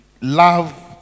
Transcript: love